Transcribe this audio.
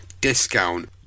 discount